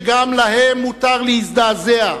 שגם להם מותר להזדעזע,